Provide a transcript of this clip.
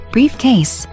Briefcase